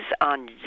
on